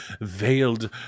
veiled